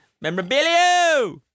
Memorabilia